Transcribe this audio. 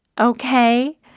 Okay